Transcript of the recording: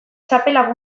txapela